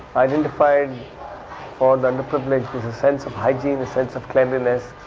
identified for the underprivileged is a sense of hygiene, a sense of cleanliness,